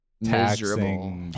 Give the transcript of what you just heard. miserable